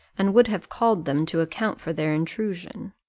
and would have called them to account for their intrusion.